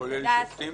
כולל שוטרים?